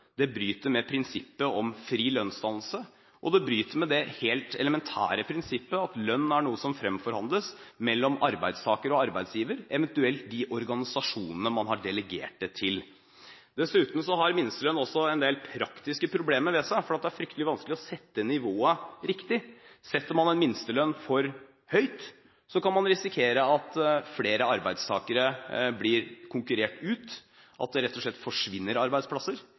bryter med prinsippet om fri lønnsdannelse, og det bryter med det helt elementære prinsippet om at lønn er noe som fremforhandles mellom arbeidstaker og arbeidsgiver, eventuelt mellom de organisasjonene man har delegert dette arbeidet til. Minstelønn har dessuten en del praktiske problemer ved seg, fordi det er fryktelig vanskelig å sette nivået riktig. Setter man en minstelønn for høyt, kan man risikere at flere arbeidstakere blir konkurrert ut, og at det rett og slett forsvinner arbeidsplasser.